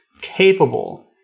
capable